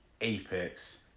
Apex